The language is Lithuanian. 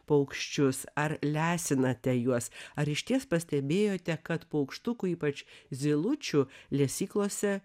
paukščius ar lesinate juos ar išties pastebėjote kad paukštukų ypač zylučių lesyklose